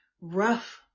rough